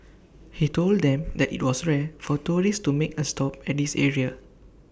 he told them that IT was rare for tourists to make A stop at this area